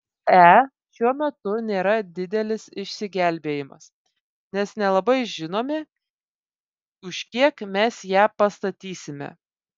ae šiuo metu nėra didelis išsigelbėjimas nes nelabai žinome už kiek mes ją pastatysime